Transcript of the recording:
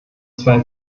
zwei